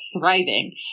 thriving